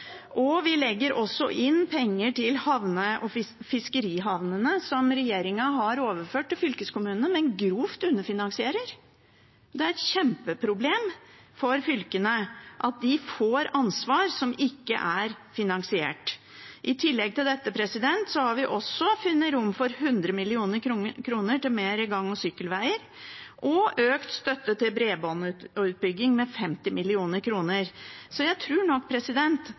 fylkesveiene. Vi legger også inn penger til fiskerihavnene, som regjeringen har overført til fylkeskommunene, men grovt underfinansierer. Det er et kjempeproblem for fylkene at de får ansvar som ikke er finansiert. I tillegg til dette har vi også funnet rom for 100 mill. kr til mer gang- og sykkelveier, og økt støtte til bredbåndsutbygging med 50 mill. kr. Så jeg tror nok